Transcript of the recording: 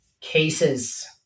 cases